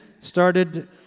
started